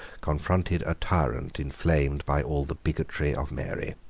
confronted a tyrant inflamed by all the bigotry of mary.